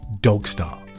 Dogstar